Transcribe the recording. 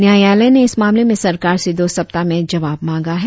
न्यायालय ने इस मामले में सरकार से दो सप्ताह में जवाब मांगा है